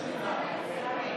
קבוצת סיעת ש"ס,